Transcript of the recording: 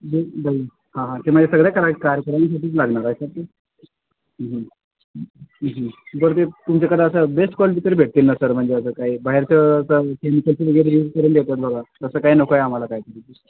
ब ब हां हां ते म्हणजे सगळ्या कार्यक्रमासाठीच लागणार आहे का ते बरं ते तुमच्याकडं असं बेस्ट क्वालिटी तरी भेटतील ना सर म्हणजे असं काही बाहेरचं असं केमिकल्स वगैरे यूज करून देतात बघा तसं काय नको आहे आम्हाला कायतरी